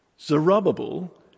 Zerubbabel